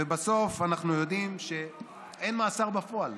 ובסוף אנחנו יודעים שאין מאסר בפועל.